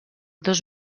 dos